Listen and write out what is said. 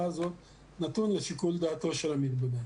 לפחות למיטב ידיעתי,